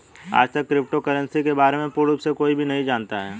आजतक crypto currency के बारे में पूर्ण रूप से कोई भी नहीं जानता है